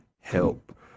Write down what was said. help